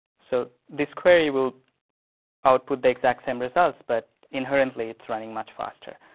so this query will output the exact same results, but inherently, it's running much faster.